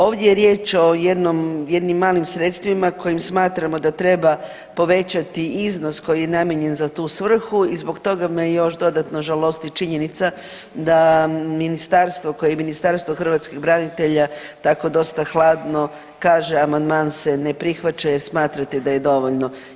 Ovdje je riječ o jednim malim sredstvima kojim smatramo da treba povećati iznos koji je namijenjen za tu svrhu i zbog toga me još dodatno žalosti činjenica da ministarstvo koje je Ministarstvo hrvatskih branitelja tako dosta hladno kaže amandman se ne prihvaća jer smatrate da je dovoljno.